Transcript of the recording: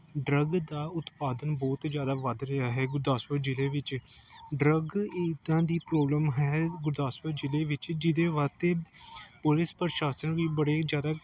drug ਦਾ ਉਤਪਾਦਨ ਬਹੁਤ ਜ਼ਿਆਦਾ ਵੱਧ ਰਿਹਾ ਹੈ ਗੁਰਦਾਸਪੁਰ ਜ਼ਿਲ੍ਹੇ ਵਿੱਚ ਡਰੱਗ ਇੱਦਾਂ ਦੀ ਪ੍ਰੋਬਲਮ ਹੈ ਗੁਰਦਾਸਪੁਰ ਜ਼ਿਲ੍ਹੇ ਵਿੱਚ ਜਿਹਦੇ ਵਾਸਤੇ ਪੁਲਿਸ ਪ੍ਰਸ਼ਾਸਨ ਵੀ ਬੜੇ ਜ਼ਿਆਦਾ